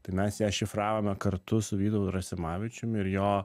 tai mes ją šifravome kartu su vytautu rasimavičiumi ir jo